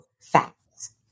facts